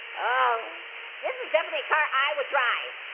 oh this is definitely a car i would drive.